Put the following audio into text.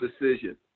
decision